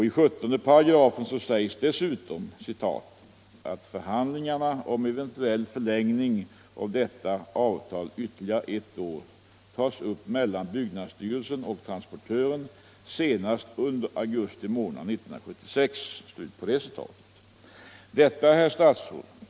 I 17 § sägs dessutom att ”förhandlingen om eventuell förlängning av detta avtal ytterligare 1 år tas upp mellan Byggnadsstyrelsen och transportören senast under augusti månad 1976”.